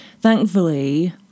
Thankfully